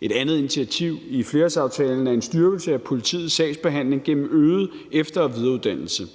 Et andet initiativ i flerårsaftalen er en styrkelse af politiets sagsbehandling gennem øget efter- og videreuddannelse.